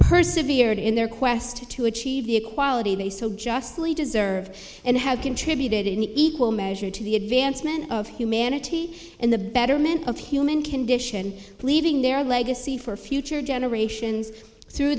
persevered in their quest to achieve the equality they so justly deserve and have contributed in equal measure to the advancement of humanity in the betterment of human condition leaving their legacy for future generations through